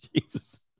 Jesus